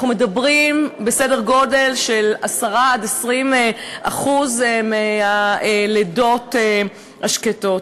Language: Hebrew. אנחנו מדברים על סדר גודל של 10% 20% מהלידות השקטות.